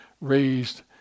raised